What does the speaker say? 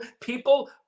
people